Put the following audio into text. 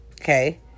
okay